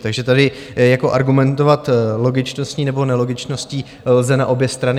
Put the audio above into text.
Takže tady jako argumentovat logičností nebo nelogičností lze na obě strany.